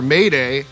Mayday